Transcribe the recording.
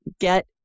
get